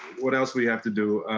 what else we have to do.